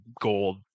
gold